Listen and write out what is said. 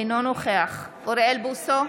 אינו נוכח אוריאל בוסו,